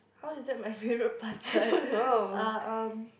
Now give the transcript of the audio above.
how is that my favourite pastime uh um